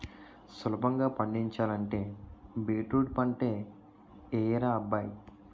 సులభంగా పండించాలంటే బీట్రూట్ పంటే యెయ్యరా అబ్బాయ్